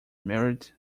married